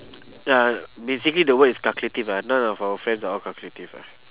ya basically the word is calculative lah none of our friends are all calculative ah